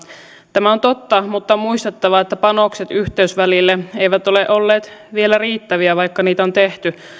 tämä on totta mutta on muistettava että panokset yhteysvälille eivät ole olleet vielä riittäviä vaikka niitä on tehty